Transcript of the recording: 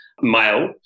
male